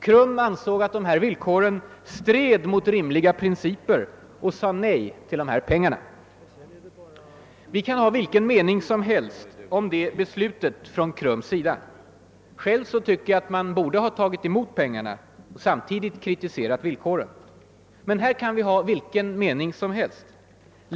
KRUM ansåg att de villkoren stred mot rimliga principer och sade nej till pengarna. Vi kan ha vilken mening som helst om KRUM:s beslut. Själv tycker jag att man borde ha tagit emot pengarna men samtidigt kritiserat villkoren. Men här kan vi tycka vad vi vill.